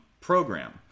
program